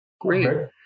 Great